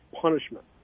punishment